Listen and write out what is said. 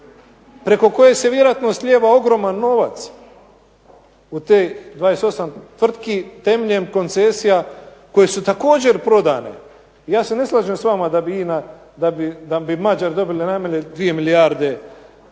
preko koje se vjerojatno slijeva ogroman novac u tih 28 tvrtki temeljem koncesija koje su također prodane. Ja se ne slažem da bi Mađari dobili najmanje 2 milijarde